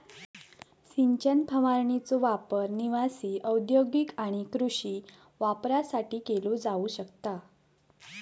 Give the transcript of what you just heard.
सिंचन फवारणीचो वापर निवासी, औद्योगिक आणि कृषी वापरासाठी केलो जाऊ शकता